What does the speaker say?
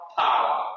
power